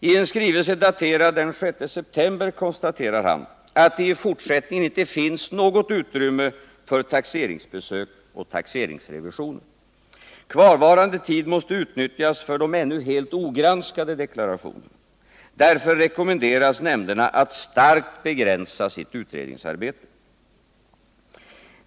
I en skrivelse daterad den 6 september konstaterar han att det i fortsättningen inte finns något utrymme för taxeringsbesök och taxeringsrevisioner. Kvarvarande tid måste utnyttjas för de ännu helt ogranskade deklarationerna. Därför rekommenderas nämnderna att starkt begränsa sitt utredningsarbete.